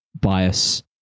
bias